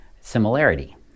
Similarity